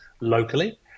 locally